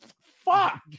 Fuck